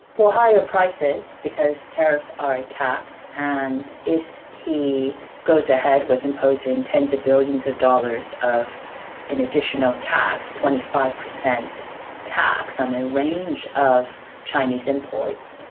well, higher prices because tariffs are a tax, and if he goes ahead with imposing tens of billions of dollars of an additional tax, twenty five percent tax on a range of chinese imports,